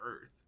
earth